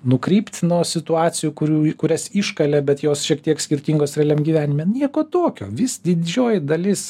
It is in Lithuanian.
nukrypt nuo situacijų kurių kurias iškalė bet jos šiek tiek skirtingos realiam gyvenime nieko tokio vis didžioji dalis